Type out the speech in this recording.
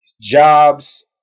jobs